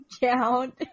count